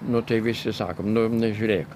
nu tai visi sakom nu nu žiūrėk